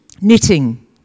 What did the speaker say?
Knitting